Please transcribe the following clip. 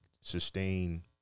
sustain –